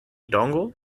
dongle